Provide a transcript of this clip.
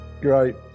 Great